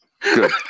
Good